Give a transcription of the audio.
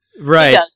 Right